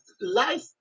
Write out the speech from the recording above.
life